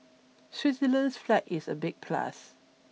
Switzerland's flag is a big plus